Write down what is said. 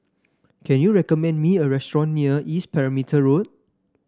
can you recommend me a restaurant near East Perimeter Road